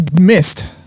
missed